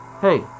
Hey